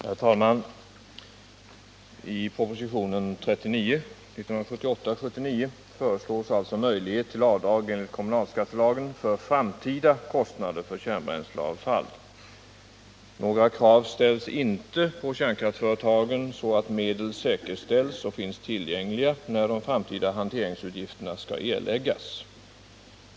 Herr talman! I propositionen 1978/79:39 föreslås möjlighet till avdrag enligt kommunalskattelagen för framtida kostnader för kärnbränsleavfall. Några krav ställs inte på kärnkraftsföretagen så att medel säkerställs och finns tillgängliga, när de framtida hanteringsutgifterna skall erläggas.